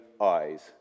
eyes